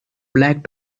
black